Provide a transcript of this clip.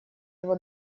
его